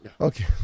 okay